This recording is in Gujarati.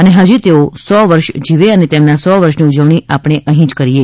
અને હજી તેઓ સૌ વર્ષ જીવે અને તેમના સૌ વર્ષની ઉજવણી આપણે અંહી જ કરીએ